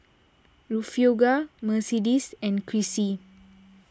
Refugio Mercedes and Crissy